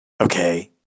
okay